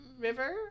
river